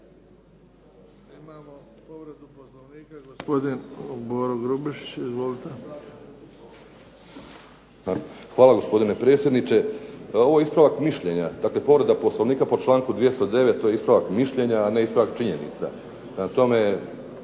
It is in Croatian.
Hvala gospodine predsjedniče. Ovo je ispravak mišljenja, dakle povreda Poslovnika po članku 209., to je ispravak mišljenja a ne ispravak činjenica.